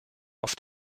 auf